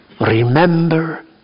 remember